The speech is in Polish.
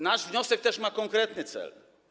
Nasz wniosek też ma konkretny cel.